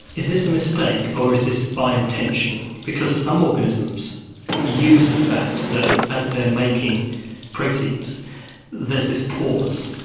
is this a mistake or is this by intention? because some organisms use the fact that as they're making proteins there's this pause,